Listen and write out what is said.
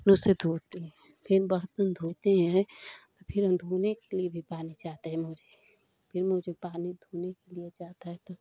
फिर उसे धोते हैं फिर बर्तन धोते हैं फिर हम धोने के लिए भी पानी चाहते हैं मुझे फिर मुझे चाहते हैं तो